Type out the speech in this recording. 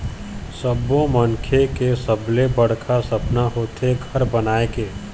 सब्बो मनखे के सबले बड़का सपना होथे घर बनाए के